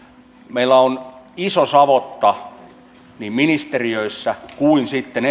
meillä on iso savotta niin ministeriöissä kuin sitten